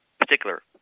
particular